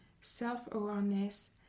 self-awareness